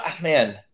man